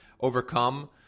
overcome